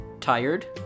tired